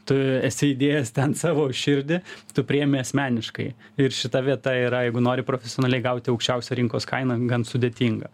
tu esi įdėjęs ten savo širdį tu priimi asmeniškai ir šita vieta yra jeigu nori profesionaliai gauti aukščiausią rinkos kainą gan sudėtinga